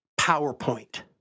PowerPoint